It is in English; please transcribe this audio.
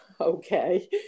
okay